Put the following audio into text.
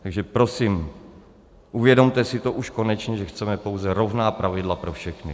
Takže prosím, uvědomte si už konečně, že chceme pouze rovná pravidla pro všechny.